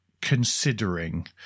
considering